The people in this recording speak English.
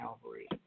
Calvary